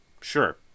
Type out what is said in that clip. Sure